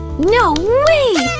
no way!